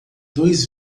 dois